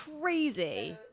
crazy